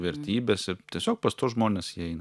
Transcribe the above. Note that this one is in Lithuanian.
vertybės ir tiesiog pas tuos žmones jie eina